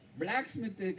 blacksmith